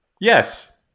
Yes